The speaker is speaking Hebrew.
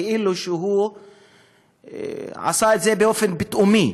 כאילו הוא עשה את זה באופן פתאומי,